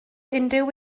unrhyw